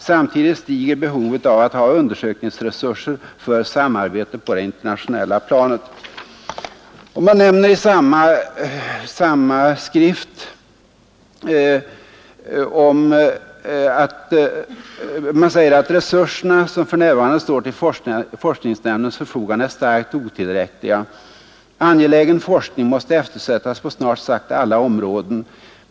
Samtidigt stiger behovet av att ha undersökningsresurser för samarbete på det internationella planet.” Det heter vidare i samma skrift: ”De resurser som för närvarande står till forskningsnämndens förfogande är starkt otillräckliga. Angelägen forskning måste eftersättas på snart sagt alla områden.